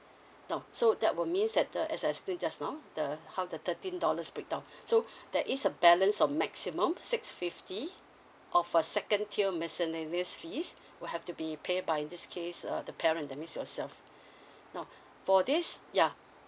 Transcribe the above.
now so that will means that the as I explained just now the how the thirteen dollars breakdown so there is a balance of maximum six fifty of a second tier miscellaneous fees will have to be pay by in this case uh the parent that means yourself now for this ya